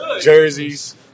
jerseys